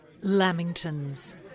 Lamingtons